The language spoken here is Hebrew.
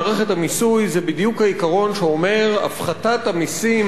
העיקרון שאומר: הפחתת המסים הרגרסיביים,